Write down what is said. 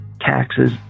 taxes